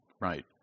right